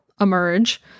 emerge